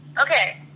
Okay